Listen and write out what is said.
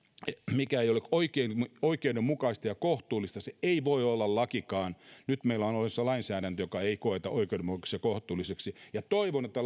mikä ei ole oikeudenmukaista ja kohtuullista ei voi olla lakikaan nyt meillä on olemassa lainsäädäntö jota ei koeta oikeudenmukaiseksi ja kohtuulliseksi ja toivon että